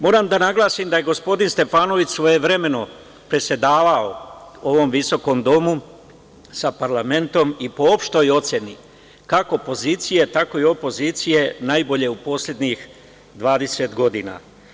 Moram da naglasim da je gospodin Stefanović, svojevremeno predsedavao ovom visokom Domu, sa parlamentom, i po opštoj oceni kako pozicije, tako i opozicije, najbolje u poslednjih 20 godina.